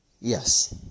Yes